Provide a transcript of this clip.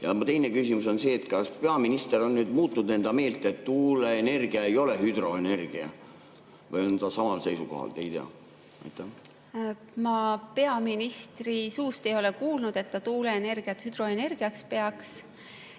Ja teine küsimus on see: kas peaminister on nüüd muutnud enda meelt, et tuuleenergia ei ole hüdroenergia, või on ta samal seisukohal? Te ei tea? Ma peaministri suust ei ole kuulnud, et ta tuuleenergiat hüdroenergiaks peaks.